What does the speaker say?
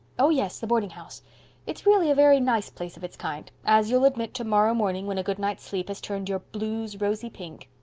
oh, yes, the boardinghouse it's really a very nice place of its kind, as you'll admit tomorrow morning when a good night's sleep has turned your blues rosy pink.